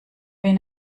wen